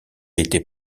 était